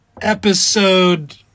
episode